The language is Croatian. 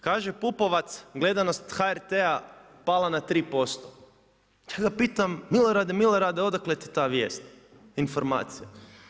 Kaže Pupovac gledanost HRT-a pala na 3%, ja ga pitam Milorade, Milorade odakle ti ta vijest, informacija?